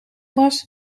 was